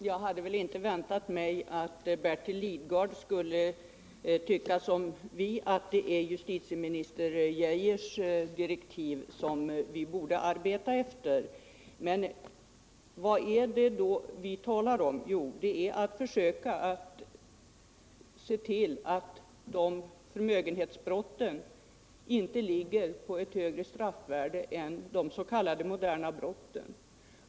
Herr talman! Jag hade inte väntat mig att Bertil Lidgard liksom vi skulle tycka att man borde arbeta enligt f. d. justitieminister Geijers direktiv. Men vad är det då som vi talar om? Jo, det gäller att se till att förmögenhetsbrotten inte har ett högre straffvärde än de s.k. moderna brotten.